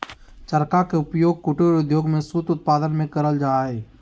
चरखा के उपयोग कुटीर उद्योग में सूत उत्पादन में करल जा हई